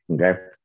Okay